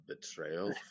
betrayal